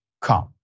come